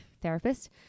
therapist